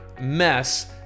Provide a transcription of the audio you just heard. mess